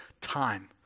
time